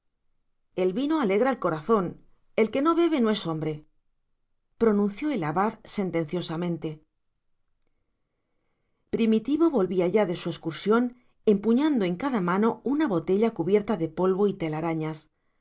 el anisete el vino alegra el corazón el que no bebe no es hombre pronunció el abad sentenciosamente primitivo volvía ya de su excursión empuñando en cada mano una botella cubierta de polvo y telarañas a